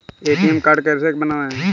ATM card कैसे बनवाएँ?